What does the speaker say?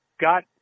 got